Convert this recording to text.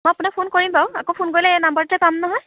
মই আপোনাক ফোন কৰিম বাৰু আকৌ ফোন কৰিলে এই নাম্বাৰটোতে পাম নহয়